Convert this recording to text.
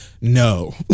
no